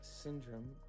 syndrome